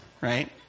right